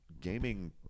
gaming